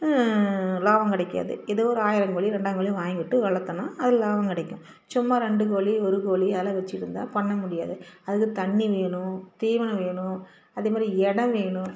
லாபம் கிடைக்காது எதோ ஒரு ஆயிரம் கோழி ரெண்டாயிரம் கோழி வாங்கி விட்டு வளர்த்துனா அதில் லாபம் கிடைக்கும் சும்மா ரெண்டு கோழி ஒரு கோழி அதெலான் வச்சிருந்தா பண்ண முடியாது அதுக்கு தண்ணி வேணும் தீவனம் வேணும் அதேமாரி இடம் வேணும்